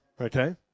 Okay